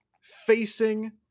facing